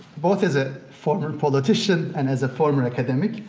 both as a formal politician and as a formal academic,